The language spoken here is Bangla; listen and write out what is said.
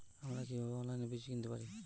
আমরা কীভাবে অনলাইনে বীজ কিনতে পারি?